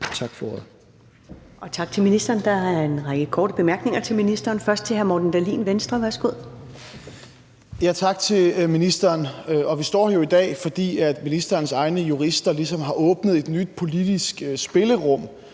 (Karen Ellemann): Tak til ministeren. Der er en række korte bemærkninger til ministeren, først fra hr. Morten Dahlin, Venstre. Værsgo. Kl. 13:10 Morten Dahlin (V): Tak til ministeren. Vi står her jo i dag, fordi ministerens egne jurister ligesom har åbnet et nyt politisk spillerum,